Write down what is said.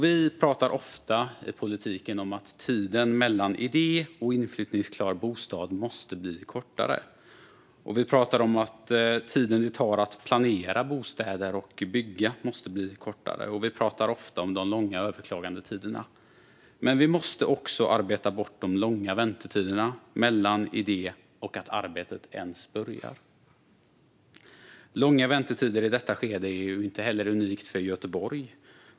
Vi pratar ofta i politiken om att tiden mellan idé och inflyttningsklar bostad måste blir kortare. Vi pratar också om att tiden det tar att planera bostäder måste bli kortare, och vi pratar ofta om de långa överklagandetiderna. Men vi måste även arbeta bort de långa väntetiderna mellan idé och att arbetet ens börjar. Långa väntetider i detta skede är inte heller unikt för Göteborg.